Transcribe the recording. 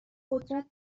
قدرت